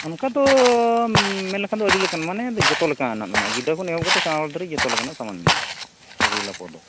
ᱚᱱᱠᱟ ᱫᱚ ᱢᱮᱱᱞᱮᱠᱷᱟᱱ ᱫᱚ ᱟᱹᱰᱤ ᱞᱮᱠᱟᱱ ᱢᱟᱱᱮ ᱡᱚᱛᱚ ᱞᱮᱠᱟᱱᱟᱜ ᱢᱮᱱᱟᱜᱼᱟ ᱜᱤᱫᱽᱨᱟᱹ ᱠᱷᱚᱱ ᱮᱦᱚᱵ ᱠᱟᱛᱮᱫ ᱥᱮᱬᱟ ᱦᱚᱲ ᱫᱷᱟᱹᱨᱤᱡ ᱡᱚᱛᱚ ᱞᱮᱠᱟᱱᱟᱜ ᱥᱟᱢᱟᱱ ᱢᱮᱱᱟᱜᱼᱟ ᱞᱩᱜᱽᱲᱤ ᱞᱟᱯᱚᱜ ᱫᱚ